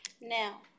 Now